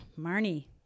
Marnie